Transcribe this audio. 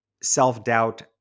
self-doubt